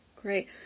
Great